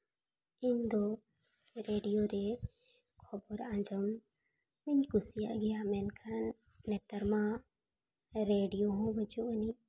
ᱤᱧ ᱫᱚ ᱨᱮᱰᱤᱭᱳ ᱨᱮ ᱠᱷᱚᱵᱚᱨ ᱟᱸᱡᱚᱢ ᱤᱧ ᱠᱩᱥᱤᱭᱟᱜ ᱜᱮᱭᱟ ᱢᱮᱱᱠᱷᱟᱱ ᱱᱮᱛᱟᱨ ᱢᱟ ᱨᱮᱰᱤᱭᱳ ᱦᱚᱸ ᱵᱟᱹᱪᱩᱜᱼᱟᱹᱱᱤᱡ